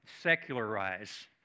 secularize